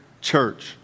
church